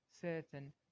certain